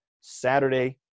Saturday